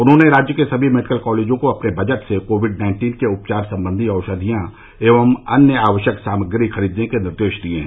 उन्होंने राज्य के सभी मेडिकल कॉलेजों को अपने बजट से कोविड नाइन्टीन के उपचार संबंधी औषधियां एवं अन्य आवश्यक सामग्री खरीदने के निर्देश दिये हैं